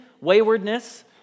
waywardness